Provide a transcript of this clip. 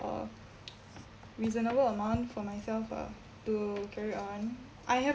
a reasonable amount for myself uh to carry on I have